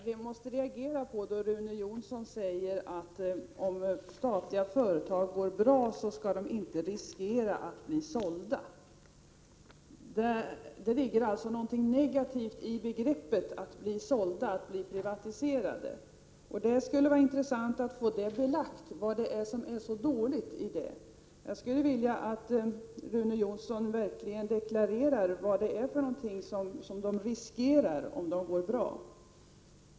Fru talman! Jag reagerar då Rune Jonsson säger att statliga företag, om de går bra, inte skall riskera att bli sålda. Det ligger alltså någonting negativt i begreppet att bli såld, att bli privatiserad. Det skulle vara intressant att få belagt vad det är som är så dåligt med det. Jag skulle vilja att Rune Jonsson verkligen deklarerade vad det är som de riskerar om de går bra.